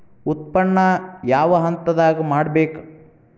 ಉತ್ಪನ್ನ ಯಾವ ಹಂತದಾಗ ಮಾಡ್ಬೇಕ್?